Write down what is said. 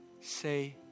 say